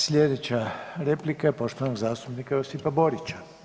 Slijedeća replika je poštovanog zastupnika Josipa Borića.